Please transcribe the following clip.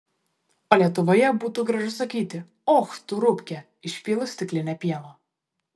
o lietuvoje būtų gražu sakyti och tu rupke išpylus stiklinę pieno